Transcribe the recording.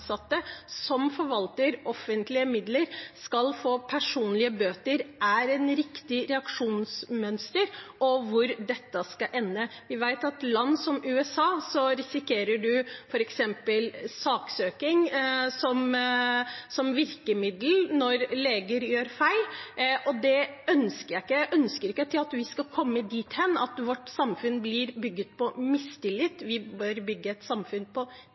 midler, skal få personlige bøter, er et riktig reaksjonsmønster, og hvor dette skal ende. Vi vet at i land som USA risikerer man f.eks. å bli saksøkt, at det er et virkemiddel når leger gjør feil. Jeg ønsker ikke at vi skal komme dit at vårt samfunn blir bygd på mistillit. Vi bør bygge et samfunn på